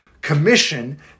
commission